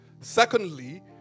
Secondly